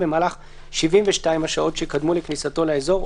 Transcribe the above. במהלך 72 השעות שקדמו לכניסתו לאזור,